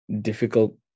difficult